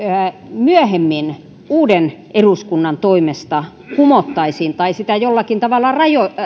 myöhemmin uuden eduskunnan toimesta kumottaisiin tai sitä jollakin tavalla